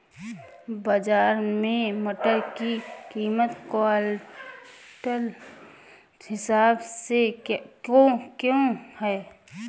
बाजार में मटर की कीमत क्विंटल के हिसाब से क्यो है?